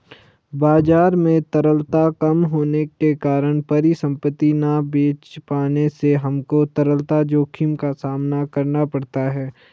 बाजार में तरलता कम होने के कारण परिसंपत्ति ना बेच पाने से हमको तरलता जोखिम का सामना करना पड़ता है